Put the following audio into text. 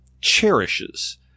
cherishes